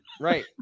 Right